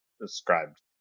described